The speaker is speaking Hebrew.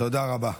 תודה רבה.